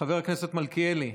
חבר הכנסת מלכיאלי,